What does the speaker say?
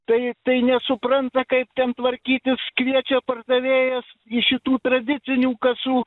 tai tai nesupranta kaip ten tvarkytis kviečia pardavėjas iš šitų tradicinių kasų